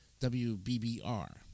WBBR